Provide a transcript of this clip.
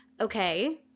Okay